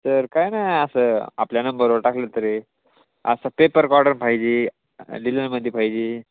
sir काय नाय असं आपल्या नंबरवर टाकलं तरी असं पेपरकॉर्डर पाहिजे लिननमध्ये पाहिजे